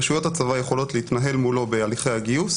רשויות הצבא יכולות להתנהל מולו בהליכי הגיוס